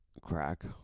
Crack